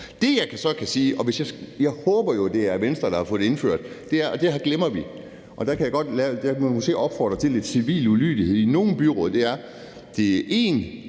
også godt. Jeg håber jo, at det er Venstre, som har fået det indført – og det glemmer vi – og der kan man måske opfordre til civil ulydighed i nogle byråd de til